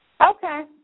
Okay